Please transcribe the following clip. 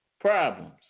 problems